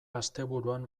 asteburuan